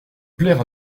plaire